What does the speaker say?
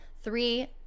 three